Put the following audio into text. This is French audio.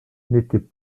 n’étaient